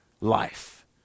life